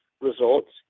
results